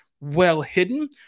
well-hidden